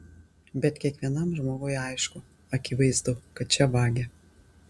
bet kiekvienam žmogui aišku akivaizdu kad čia vagia